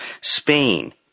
Spain